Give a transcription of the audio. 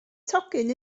tocyn